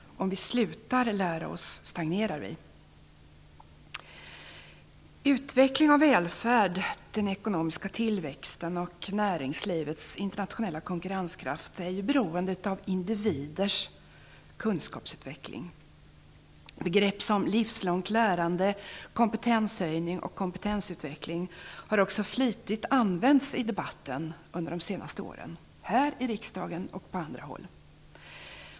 Om vi slutar lära oss stagnerar vi. Utveckling och välfärd, den ekonomiska tillväxten och näringslivets internationella konkurrenskraft är ju beroende av individers kunskapsutveckling. Begrepp som livslångt lärande, kompetenshöjning och kompetensutveckling har också flitigt använts i debatten under de senaste åren - här i riksdagen och på andra håll.